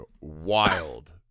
wild